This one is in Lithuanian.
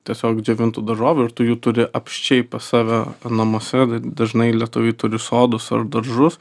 tiesiog džiovintų daržovių ir tu jų turi apsčiai pas save namuose dažnai lietuviai turi sodus ar daržus